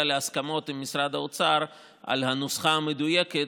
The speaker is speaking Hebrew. להסכמות עם משרד האוצר על הנוסחה המדויקת,